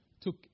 took